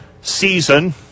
season